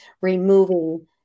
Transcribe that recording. removing